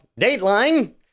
Dateline